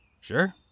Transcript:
Sure